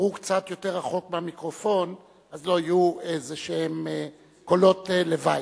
תדברו קצת יותר רחוק מהמיקרופון אז לא יהיו איזשהם קולות לוואי.